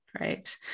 right